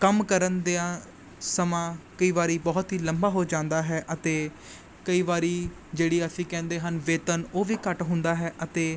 ਕੰਮ ਕਰਨ ਦਿਆ ਸਮਾਂ ਕਈ ਵਾਰੀ ਬਹੁਤ ਹੀ ਲੰਬਾ ਹੋ ਜਾਂਦਾ ਹੈ ਅਤੇ ਕਈ ਵਾਰੀ ਜਿਹੜੀ ਅਸੀਂ ਕਹਿੰਦੇ ਹਨ ਵੇਤਨ ਉਹ ਵੀ ਘੱਟ ਹੁੰਦਾ ਹੈ ਅਤੇ